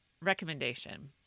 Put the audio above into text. recommendation